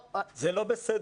לא, זה לא טוב.